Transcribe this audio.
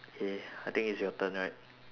K I think it's your turn right